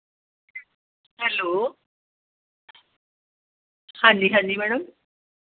hello ਹਾਂਜੀ ਹਾਂਜੀ madam